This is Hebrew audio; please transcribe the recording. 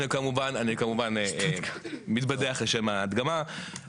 וכמובן אני אומרת שוב, הכל בהתאמה לתנאי הארץ.